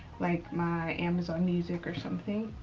like my amazon music or something.